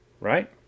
Right